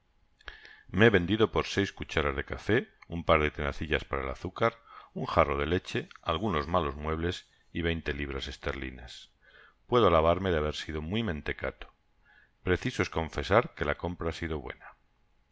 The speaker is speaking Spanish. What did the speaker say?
me he vendido por seis cucharas de café un par de tenacillas para el azúcar un jarro de leche algunos malos muebles y veinte libras esterlinaspuedo alabarme de haber sido muy mentecato preciso es confesar que la compra ha sido buena